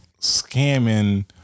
scamming